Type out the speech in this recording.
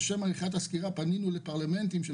לשם עריכת הסקירה פנינו לפרלמנטים של